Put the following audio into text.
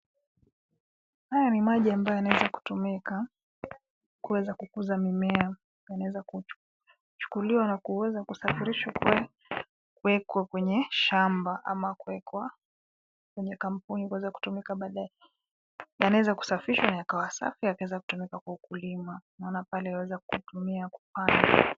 Haya ni maji ambayo yanaweza kutumika, kuweza kukuza mimea. Yanaweza kuchukuliwa na kuweza kusafirishwa kuwekwa kwenye shamba ama kuwekwa kwenye kampuni kuweza kutumika baadaye. Yanaweza kusafishwa na yakawa safi yakaweza kutumika kwa ukulima. Wanaona pale waweza kutumia kupanda.